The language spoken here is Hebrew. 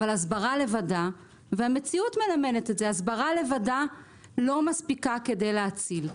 אבל המציאות מלמדת שהסברה לבדה לא מספיקה כדי להציל.